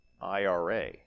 IRA